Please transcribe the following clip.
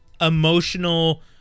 emotional